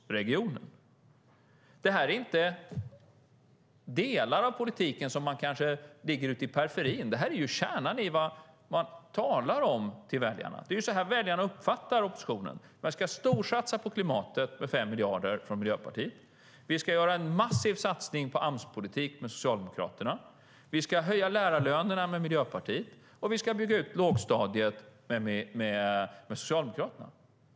Det handlar inte om delar av politiken, sådant som kanske ligger i periferin, utan det är kärnan i vad man säger till väljarna. Det är så väljarna uppfattar oppositionen.